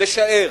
לשער,